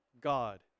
God